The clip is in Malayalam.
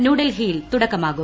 ന്യൂഡൽഹിയിൽ തുടക്കമാകും